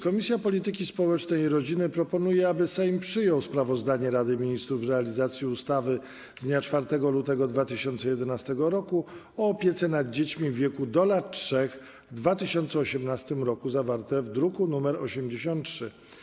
Komisja Polityki Społecznej i Rodziny proponuje, aby Sejm przyjął sprawozdanie Rady Ministrów z realizacji ustawy z dnia 4 lutego 2011 r. o opiece nad dziećmi w wieku do lat 3 w 2018 r., zawarte w druku nr 83.